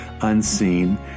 unseen